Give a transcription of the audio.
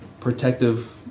protective